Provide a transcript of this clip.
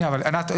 ענת,